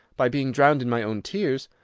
by being drowned in my own tears!